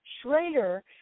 Schrader